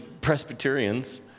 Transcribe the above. Presbyterians